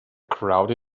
crowd